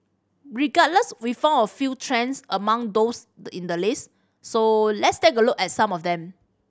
regardless we found a few trends among those in the list so let's take a look at some of them